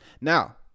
Now